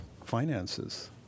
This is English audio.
finances